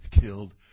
killed